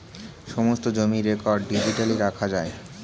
সমস্ত জমির record digitally রাখা যায়